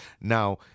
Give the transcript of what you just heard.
now